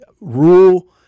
Rule